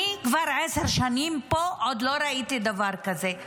אני כבר עשר שנים פה, ועוד לא ראיתי דבר כזה.